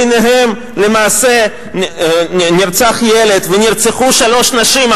וביניהם נרצח ילד ונרצחו שלוש נשים,